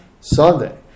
Sunday